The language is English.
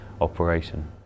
operation